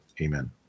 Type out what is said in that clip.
Amen